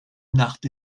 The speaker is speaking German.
nacht